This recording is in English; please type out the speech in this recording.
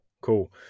Cool